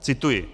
Cituji: